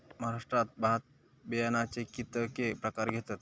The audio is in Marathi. महाराष्ट्रात भात बियाण्याचे कीतके प्रकार घेतत?